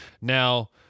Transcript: Now